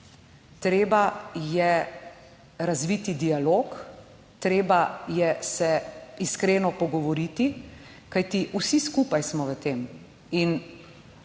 Treba je razviti dialog, treba je se iskreno pogovoriti, kajti vsi skupaj smo v tem.